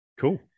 Cool